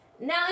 Now